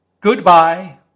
Goodbye